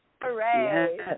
Hooray